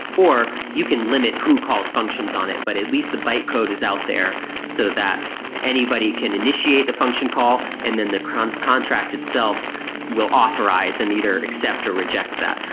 or you can limit who calls functions on it, but at least the bite code is out there so that anybody can initiate the function call and then the contract itself will authorize and either accept or reject that.